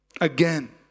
again